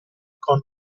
con